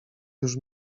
już